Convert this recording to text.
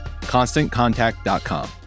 ConstantContact.com